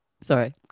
Sorry